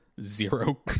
zero